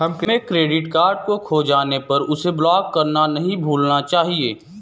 हमें credit card खो जाने पर उसे ब्लॉक करना नहीं भूलना चाहिए